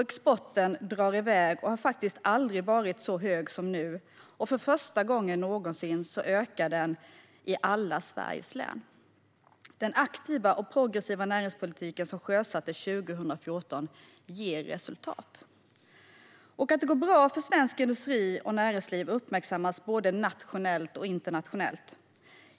Exporten drar iväg och har faktiskt aldrig varit så hög som nu, och för första gången någonsin ökar den i alla Sveriges län. Den aktiva och progressiva näringspolitik som sjösattes 2014 ger resultat. Att det går bra för svensk industri och svenskt näringsliv uppmärksammas både nationellt och internationellt.